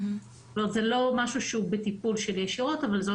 זה לא משהו שהוא בטיפול שלי ישירות אבל זו